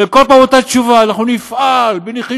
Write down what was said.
וכל פעם אותה תשובה: אנחנו נפעל בנחישות,